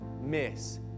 miss